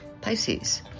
Pisces